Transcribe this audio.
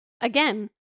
again